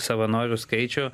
savanorių skaičių